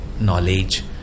knowledge